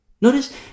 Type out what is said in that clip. Notice